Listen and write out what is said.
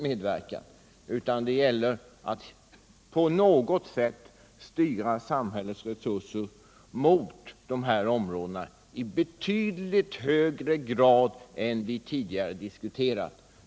Man måste, på grund av att det kommit fram helt nya fakta, styra samhällets resurser mot dessa områden i betydligt högre grad än vi tidigare diskuterat.